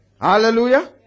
Hallelujah